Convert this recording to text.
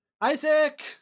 Isaac